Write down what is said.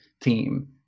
team